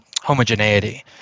homogeneity